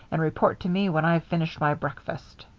and report to me when i've finished my breakfast'?